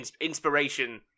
Inspiration